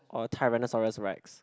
or Tyrannosaurus Rex